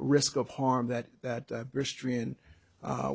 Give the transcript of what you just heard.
risk of harm that that